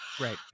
right